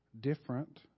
different